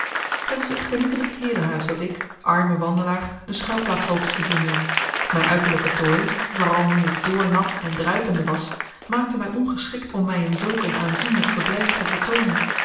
het was echter niet in het heerenhuis dat ik arme wandelaar een schuilplaats hoopte te vinden mijn uiterlijke tooi vooral nu ik doornat en druipende was maakte mij ongeschikt om mij in zulk een aanzienlijk verblijf te vertoonen